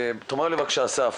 תאמר לי בבקשה אסף,